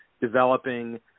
developing